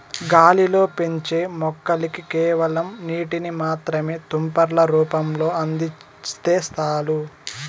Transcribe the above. గాలిలో పెంచే మొక్కలకి కేవలం నీటిని మాత్రమే తుంపర్ల రూపంలో అందిస్తే చాలు